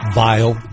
vile